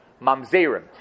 Mamzerim